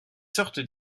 sortent